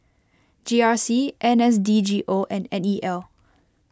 G R C N S D G O and N E L